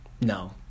No